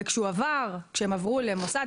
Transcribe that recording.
וכשהם עברו למוסד,